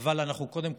אבל קודם,